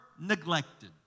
neglected